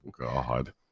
God